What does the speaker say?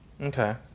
okay